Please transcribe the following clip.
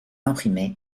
imprimé